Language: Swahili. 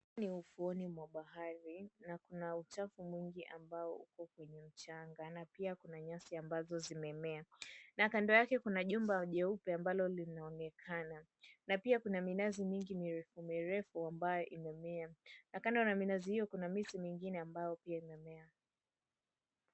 Huu ni ufuoni mwa bahari na kuna uchafu mwingi ambao upo kwenye mchanga, na pia kuna nyasi ambazo zimemea. Na kando yake kuna jumba jeupe ambalo linaonekana na pia kuna minazi mingi mirefu mirefu ambayo imemea, na kando na minazi hiyo kuna miti mingine ambayo pia imemea.